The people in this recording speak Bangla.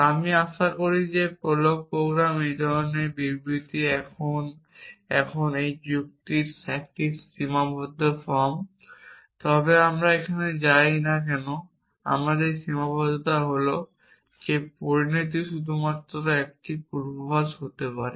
আমি আশা করি প্রোলগ প্রোগ্রাম এই ধরণের একটি বিবৃতি এখন এটি যুক্তির একটি সীমাবদ্ধ ফর্ম তবে আমরা এখানে যাই না যে এখানে সীমাবদ্ধতা হল যে পরিণতি শুধুমাত্র একটি পূর্বাভাস হতে পারে